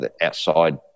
outside